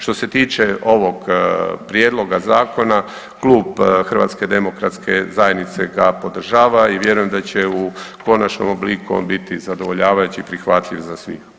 Što se tiče ovog prijedloga zakona Klub HDZ-a ga podržava i vjerujem da će u konačnom obliku on biti zadovoljavajući i prihvatljiv za svih.